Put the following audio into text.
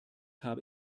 habe